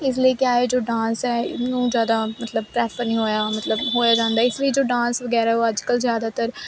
ਇਸ ਲਈ ਕਿਆ ਹੈ ਜੋ ਡਾਂਸ ਨੂੰ ਜਿਆਦਾ ਮਤਲਬ ਪ੍ਰੈਫਰ ਨਹੀਂ ਹੋਇਆ ਜਾਂਦਾ ਇਸ ਲਈ ਜੋ ਡਾਂਸ ਵਗੈਰਾ ਉਹ ਅੱਜ ਕੱਲ ਜਿਆਦਾਤਰ